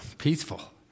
peaceful